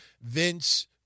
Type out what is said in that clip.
Vince